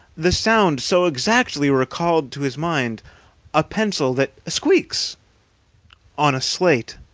the sound so exactly recalled to his mind a pencil that squeaks on a slate!